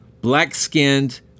black-skinned